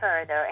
further